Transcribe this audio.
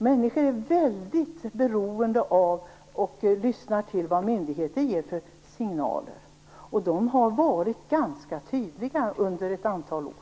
Människor är väldigt beroende av och lyssnar till myndigheternas signaler, och de har varit ganska tydliga under ett antal år.